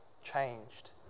changed